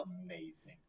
amazing